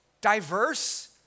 diverse